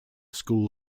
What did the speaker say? school